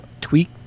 tweak